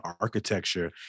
architecture